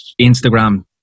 Instagram